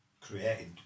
created